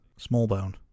Smallbone